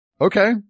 Okay